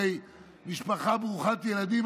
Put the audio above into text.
הרי משפחה ברוכת ילדים,